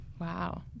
wow